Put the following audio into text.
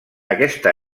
aquesta